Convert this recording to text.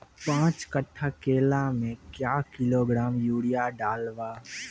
पाँच कट्ठा केला मे क्या किलोग्राम यूरिया डलवा?